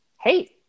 hey